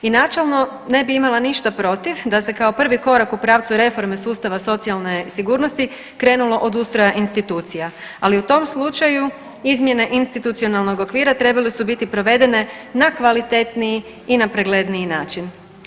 I načelno ne bi imala ništa protiv da se kao prvi korak u pravcu reforme sustava socijalne sigurnosti krenulo od ustroja institucija, ali u tom slučaju izmjene institucionalnog okvira trebale su biti provedene na kvalitetniji i na pregledniji način.